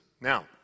Now